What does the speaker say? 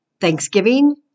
Thanksgiving